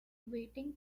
waiting